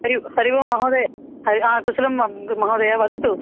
हरिः हरिः ओं महोदय हर् हा कुशलं वा महोदय वदतु